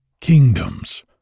kingdoms